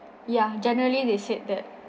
ya generally they said that